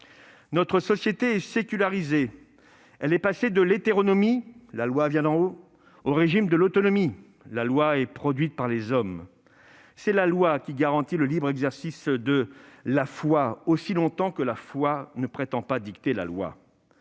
Notre société est sécularisée. Elle est passée de l'hétéronomie- « la loi vient d'en haut » -au régime de l'autonomie- « la loi est produite par les hommes ». C'est la loi qui garantit le libre exercice de la foi, aussi longtemps que la foi ne prétend pas dicter la loi.